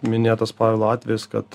minėtas pavelo atvejis kad